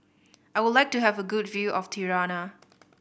I would like to have a good view of Tirana